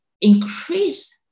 increase